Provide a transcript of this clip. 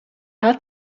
hat